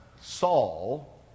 Saul